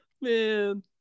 man